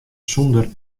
sonder